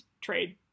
trade